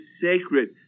sacred